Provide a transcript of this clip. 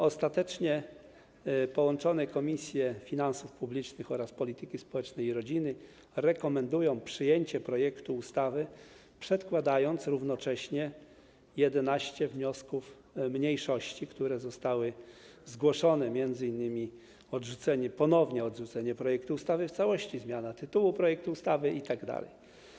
Ostatecznie połączone Komisje Finansów Publicznych oraz Polityki Społecznej i Rodziny rekomendują przyjęcie projektu ustawy, przedkładając równocześnie 11 wniosków mniejszości, które zostały zgłoszone, m.in. ponownie wniosek o odrzucenie projektu ustawy w całości, wniosek dotyczący zmiany tytułu projektu ustawy itd.